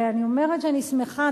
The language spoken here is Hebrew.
ואני אומרת שאני שמחה,